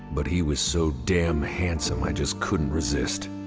but he was so damn handsome, i just couldn't resist.